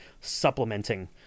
supplementing